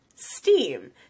Steam